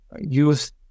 use